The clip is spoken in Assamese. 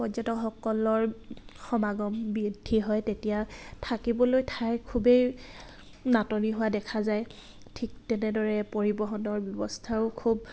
পৰ্যটকসকলৰ সমাগম বৃদ্ধি হয় তেতিয়া থাকিবলৈ ঠাইৰ খুবেই নাটনি হোৱা দেখা যায় ঠিক তেনেদৰে পৰিৱহণৰ ব্যৱস্থাও খুব